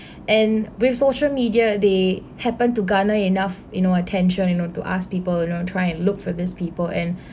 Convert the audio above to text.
and with social media they happen to garner enough you know attention you know to ask people you know try and look for these people and